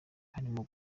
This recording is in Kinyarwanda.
harimo